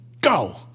go